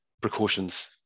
precautions